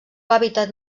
hàbitat